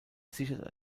sichert